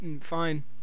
fine